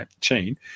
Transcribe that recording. Chain